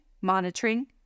monitoring